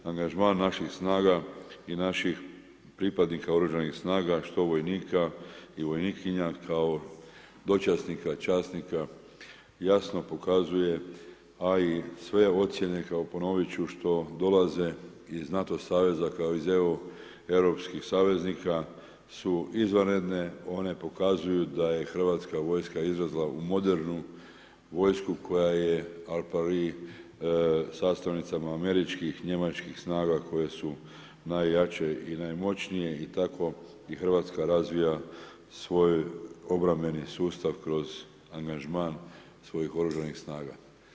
Angažman naših snaga i naših pripadnika oružanih snaga što vojnika i vojnikinja kao dočasnika, časnika jasno pokazuje a i sve ocjene, ponovit ću što dolaze iz NATO saveza kao i iz europskih savjetnika su izvanredne one pokazuju da je hrvatska vojska izrasla u modernu vojsku koja je al pari sastavnicama američkih, njemačkih snaga koje su najjače i najmoćnije i tako i hrvatska razvija svoj obrambeni sustav kroz angažman svojih oružanih snaga.